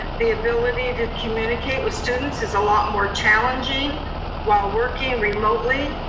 the ability to communicate with students is a lot more challenging while working remotely.